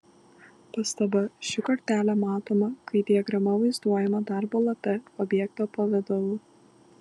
pastaba ši kortelė matoma kai diagrama vaizduojama darbo lape objekto pavidalu